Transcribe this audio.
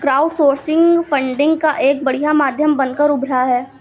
crowdsourcing funding का एक बढ़िया माध्यम बनकर उभरा है